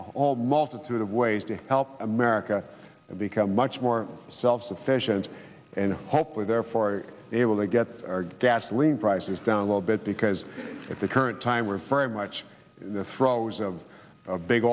the multitude of ways to help america become much more self sufficient and hopefully therefore able to get gasoline prices down a little bit because at the current time we're very much the throes of big